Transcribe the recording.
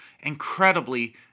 incredibly